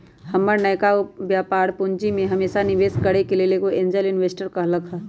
हमर नयका व्यापर में पूंजी निवेश करेके लेल एगो एंजेल इंवेस्टर कहलकै ह